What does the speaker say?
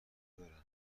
دارن